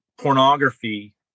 pornography